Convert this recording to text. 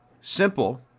Simple